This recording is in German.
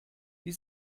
die